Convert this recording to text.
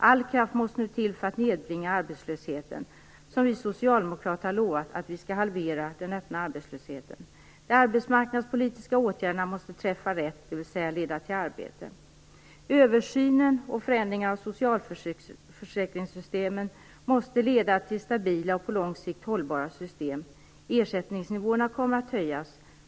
All kraft måste nu till för att nedbringa arbetslösheten. Vi socialdemokrater har ju lovat att vi skall halvera den öppna arbetslösheten. De arbetsmarknadspolitiska åtgärderna måste träffa rätt, dvs. leda till arbete. Översynen och förändringen av socialförsäkringssystemen måste leda till stabila och på lång sikt hållbara system. Ersättningsnivåerna kommer att höjas.